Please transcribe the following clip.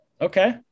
Okay